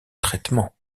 traitement